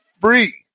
free